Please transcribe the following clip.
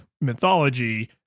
mythology